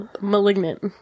Malignant